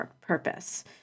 purpose